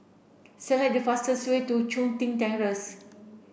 select the fastest way to Chun Tin Terrace